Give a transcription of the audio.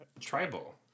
tribal